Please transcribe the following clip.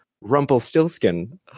rumpelstiltskin